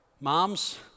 Moms